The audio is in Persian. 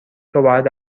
توباید